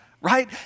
right